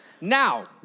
Now